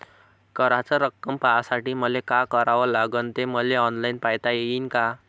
कराच रक्कम पाहासाठी मले का करावं लागन, ते मले ऑनलाईन पायता येईन का?